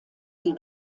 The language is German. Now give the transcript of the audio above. die